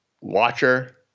Watcher